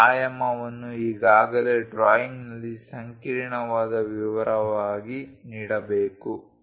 ಈ ಆಯಾಮವನ್ನು ಈಗಾಗಲೇ ಡ್ರಾಯಿಂಗ್ನಲ್ಲಿ ಸಂಕೀರ್ಣವಾದ ವಿವರವಾಗಿ ನೀಡಿರಬೇಕು